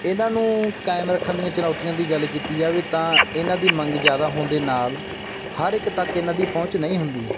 ਇਹਨਾਂ ਨੂੰ ਕਾਇਮ ਰੱਖਣ ਦੀਆਂ ਚੁਣੌਤੀਆਂ ਦੀ ਗੱਲ ਕੀਤੀ ਜਾਵੇ ਤਾਂ ਇਹਨਾਂ ਦੀ ਮੰਗ ਜ਼ਿਆਦਾ ਹੋਣ ਦੇ ਨਾਲ ਹਰ ਇੱਕ ਤੱਕ ਇਹਨਾਂ ਦੀ ਪਹੁੰਚ ਨਹੀਂ ਹੁੰਦੀ